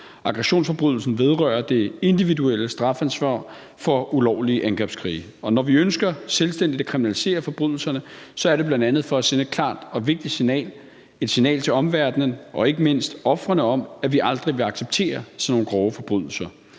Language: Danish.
Aggressionsforbrydelsen vedrører det individuelle strafansvar for ulovlige angrebskrige. Når vi ønsker selvstændigt at kriminalisere forbrydelserne, er det bl.a. for at sende et klart og vigtigt signal – et signal til omverdenen og ikke mindst ofrene – om, at vi aldrig vil acceptere sådan nogle grove forbrydelser